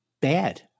bad